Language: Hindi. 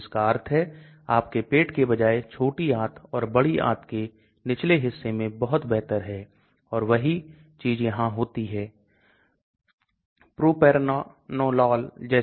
जैसा कि आप देख सकते हैं LogP घुलनशीलता और पारगम्यता के बीच विरोधाभास करने वाला है